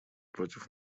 против